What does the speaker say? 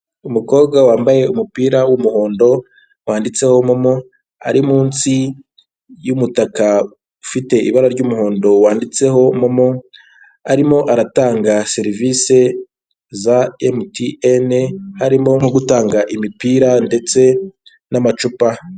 Umukobwa wambaye umupira w'umuhondo wanditseho momo, ari munsi y'umutaka ufite ibara ry'umuhondo, wanditseho momo, arimo aratanga serivise za emutiyene, harimo nko gutanga imipira ndetse n'amacupa.